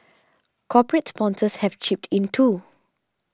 corporate sponsors have chipped in too